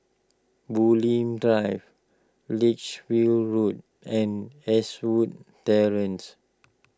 Bulim Drive Lichfield Road and Eastwood Terrace